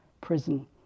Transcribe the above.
prison